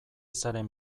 zaren